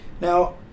Now